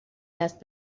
دست